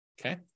Okay